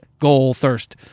GoalThirst